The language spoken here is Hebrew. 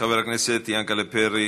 חבר הכנסת יענקל'ה פרי,